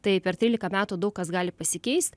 tai per trylika metų daug kas gali pasikeist